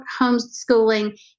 homeschooling